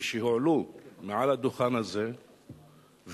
כשהן הועלו מהדוכן הזה ונומקו,